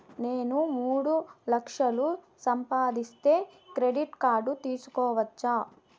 నేను మూడు లక్షలు సంపాదిస్తే క్రెడిట్ కార్డు తీసుకోవచ్చా?